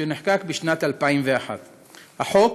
שנחקק בשנת 2001. החוק